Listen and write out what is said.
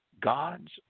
God's